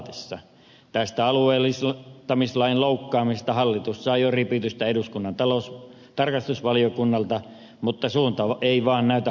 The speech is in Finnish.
tästä alueellistamislain loukkaamisesta hallitus sai jo ripitystä eduskunnan tarkastusvaliokunnalta mutta suunta ei vaan näytä hallituksella muuttuvan